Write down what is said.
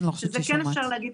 שזה כן אפשר להגיד,